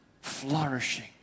flourishing